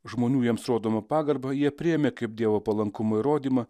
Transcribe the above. žmonių jiems rodomą pagarbą jie priėmė kaip dievo palankumo įrodymą